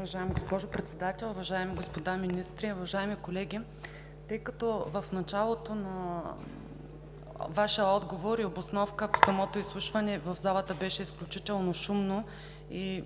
Уважаема госпожо Председател, уважаеми господа министри, уважаеми колеги! Тъй като в началото на Вашия отговор и обосновка по самото изслушване в залата беше изключително шумно и